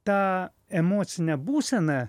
tą emocinę būseną